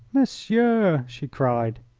monsieur she cried.